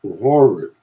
horrid